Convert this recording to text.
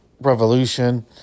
Revolution